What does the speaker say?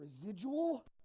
residual